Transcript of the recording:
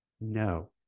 No